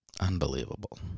Unbelievable